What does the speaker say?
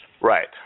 Right